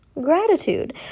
Gratitude